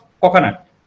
coconut